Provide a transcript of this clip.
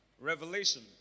Revelation